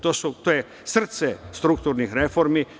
To je srce strukturnih reformi.